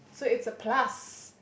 so it's a plus